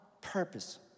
purpose